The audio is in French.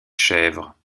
chèvres